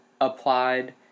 applied